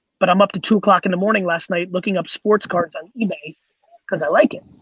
but i'm up to two o'clock in the morning last night looking up sports cards on ebay cause i like it.